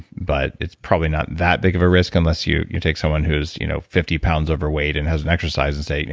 but it's probably not that big of a risk unless you you take someone who's you know fifty pounds overweight and hasn't exercised, and say,